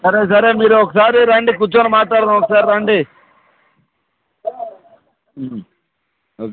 సరే సరే మీరు ఒకసారి రండి కూచ్చోని మాట్లాడుదాం ఒకసారి రండి ఓకే